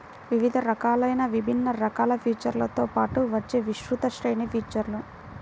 వివిధ రకాలైన విభిన్న రకాల ఫీచర్లతో పాటు వచ్చే విస్తృత శ్రేణి ఫీచర్లు